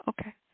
Okay